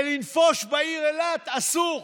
ולנפוש בעיר אילת, אסור.